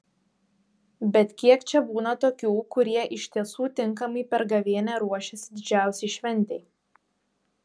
bet kiek čia būna tokių kurie iš tiesų tinkamai per gavėnią ruošėsi didžiausiai šventei